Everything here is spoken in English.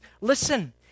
listen